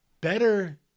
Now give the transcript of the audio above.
better